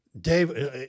Dave